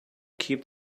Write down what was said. keep